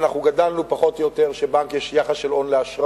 אנחנו גדלנו פחות או יותר על כך שבבנק יש יחס של הון לאשראי,